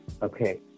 okay